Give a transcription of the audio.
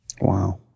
Wow